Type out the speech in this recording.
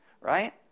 right